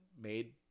made